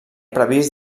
previst